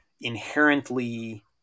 inherently